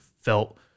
felt